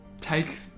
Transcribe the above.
take